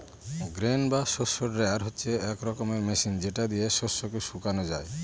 grain বা শস্য dryer হচ্ছে এক রকমের মেশিন যেটা দিয়ে শস্যকে শুকানো যায়